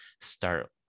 start